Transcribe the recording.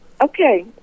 Okay